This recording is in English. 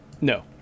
No